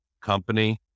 company